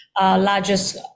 largest